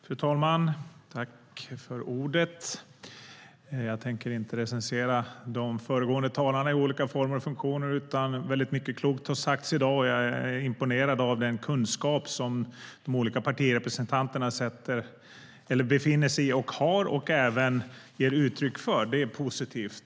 Fru talman! Jag tänker inte recensera de föregående talarna i olika former och funktioner. Mycket klokt har sagts i dag, och jag är imponerad av den kunskap som de olika partirepresentanterna har och även ger uttryck för. Det är positivt.